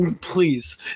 please